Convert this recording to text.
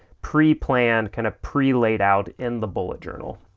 pre-planned, kind of pre laid out in the bullet journal.